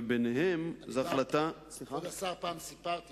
פעם סיפרתי